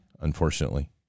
unfortunately